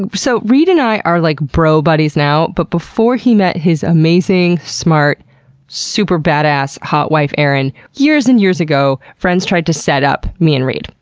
and so reid and i are like bro-buddies now, but before he met his amazing, smart super badass, hot wife erin, years and years ago, friends tried to set up me and reid.